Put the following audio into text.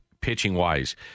pitching-wise